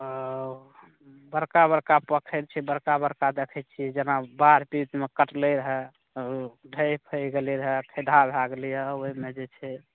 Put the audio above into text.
ओऽ बड़का बड़का पोखरि छै बड़का बड़का देखै छियै जेना बाढ़ बीचमे कटलै रहए तऽ ओ ढहि फहि गेलै रहए खद्धा भए गेलै ओहिमे जे छै